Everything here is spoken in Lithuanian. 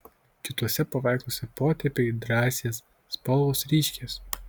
kituose paveiksluose potėpiai drąsės spalvos ryškės